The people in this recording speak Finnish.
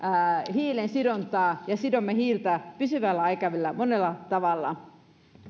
hiilensidontaa ja sidomme hiiltä pysyvällä aikavälillä monella tavalla